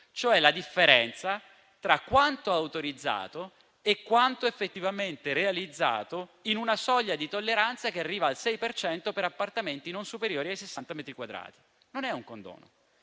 cioè la differenza tra quanto autorizzato e quanto effettivamente realizzato, in una soglia di tolleranza che arriva al 6 per cento per appartamenti non superiori ai 60 metri quadrati. Non è un condono: